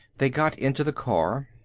they got into the car.